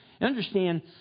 understand